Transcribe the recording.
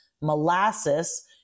molasses